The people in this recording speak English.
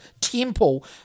temple